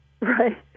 Right